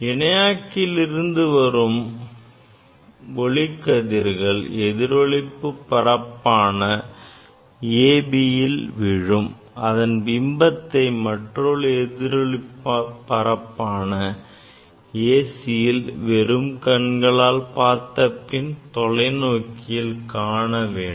இணையாக்கியில் இருந்து வெளிவரும் ஒளிக்கதிர்கள் எதிரொளிப்பு ஒளிபரப்பான ABல் விழும் அதன் பிம்பத்தை மற்றொரு எதிரொளிப்பு பரப்பான ACல் வெறும் கண்களால் பார்த்த பின்னர் தொலைநோக்கியிலும் காண வேண்டும்